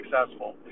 successful